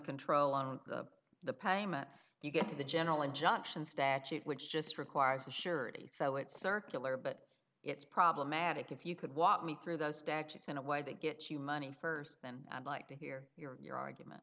control on the payment you get to the general injunction statute which just requires a surety so it's circular but it's problematic if you could walk me through those statutes in a way that gets you money first then i'd like to hear your your argument